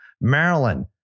Maryland